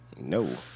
No